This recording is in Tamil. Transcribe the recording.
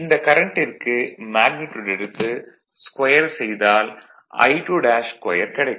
இந்த கரண்டிற்கு மேக்னிட்யூட் எடுத்து ஸ்கொயர் செய்தால் I22 கிடைக்கும்